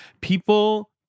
People